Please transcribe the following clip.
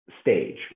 stage